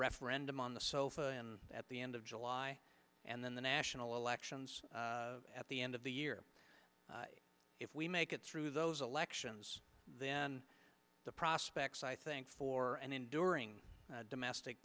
referendum on the sofa and at the end of july and then the national elections at the end of the year if we make it through those elections then the prospects i think for an enduring domestic